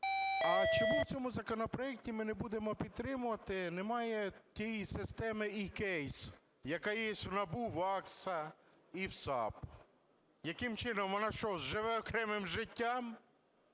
А чому в цьому законопроекті ми не будемо підтримувати? Немає тієї системи eCase, яка є в НАБУ, ВАКС і в САП. Яким чином? Вона що, живе окремим життям?